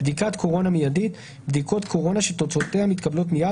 "בדיקת קורונה מיידית בדיקות קורונה שתוצאותיה מתקבלות מיד,